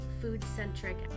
food-centric